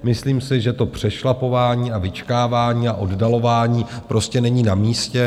Myslím si, že to přešlapování a vyčkávání a oddalování prostě není namístě.